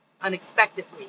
unexpectedly